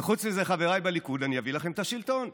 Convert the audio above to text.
וחוץ מזה, חבריי בליכוד, אני אביא לכם את השלטון.